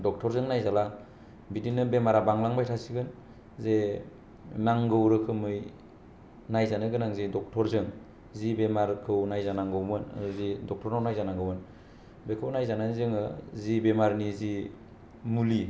डकटरजों नायजाला बिदिनो बेमारा बांलांबाय थासिगोन जे नांगौ रोखोमै नायजानो गोनां जायो डकटरजों जि बेमारखौ नाजानांगौमोन जि डकटरनाव नायजानांगौमोन बेखौ नायजानानै जोङो जि बिमारनि जि मुलि मिदिसिन